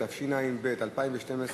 התשע"ב 2012,